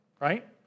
right